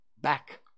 back